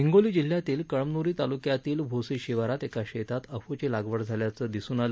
हिंगोली जिल्ह्यातील कळमनुरी तालुक्यातील भोसी शिवारात क्रिा शेतात अफूची लागवड केल्याचं दिसून आलं